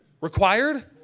required